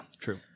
true